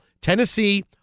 Tennessee